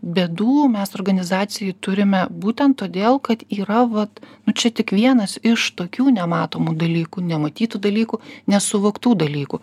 bėdų mes organizacijoj turime būtent todėl kad yra vat čia tik vienas iš tokių nematomų dalykų nematytų dalykų nesuvoktų dalykų